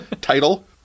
title